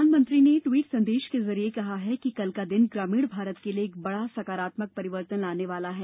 प्रधानमंत्री ने ट्वीट संदेश के जरिए कहा है कि कल का दिन ग्रामीण भारत के लिये एक बड़ा सकारात्मक परिवर्तन लाने वाला है